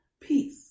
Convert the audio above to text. peace